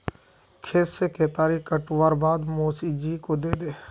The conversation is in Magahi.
खेत से केतारी काटवार बाद मोसी जी को दे दे